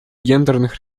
гендерных